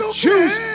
choose